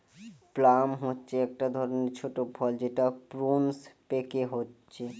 plum হচ্ছে একটা ধরণের ছোট ফল যেটা প্রুনস পেকে হচ্ছে